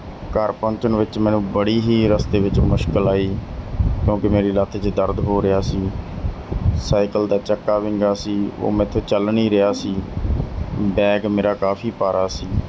ਘਰ ਪਹੁੰਚਣ ਵਿੱਚ ਮੈਨੂੰ ਬੜੀ ਹੀ ਰਸਤੇ ਵਿੱਚ ਮੁਸ਼ਕਿਲ ਆਈ ਕਿਉਂਕਿ ਮੇਰੀ ਲੱਤ 'ਚ ਦਰਦ ਹੋ ਰਿਹਾ ਸੀ ਸਾਈਕਲ ਦਾ ਚੱਕਾ ਵਿੰਗਾ ਸੀ ਉਹ ਮੇਰੇ ਤੋਂ ਚੱਲ ਨਹੀਂ ਰਿਹਾ ਸੀ ਬੈਗ ਮੇਰਾ ਕਾਫੀ ਭਾਰਾ ਸੀ